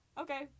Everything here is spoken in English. Okay